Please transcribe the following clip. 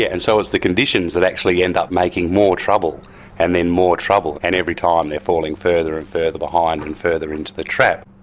and so it's the conditions that actually end up making more trouble and then more trouble. and every time they are falling further and further behind and further into the trap.